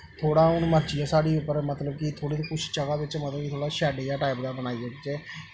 थोह्ड़ा हून मर्जी ऐ साढ़ी उप्पर मतलब कि बिच्च थोह्ड़ी कुछ जगह् च हून शैड जेहा टाइप दा बनाई ओड़चै